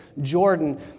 Jordan